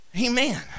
Amen